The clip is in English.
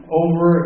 over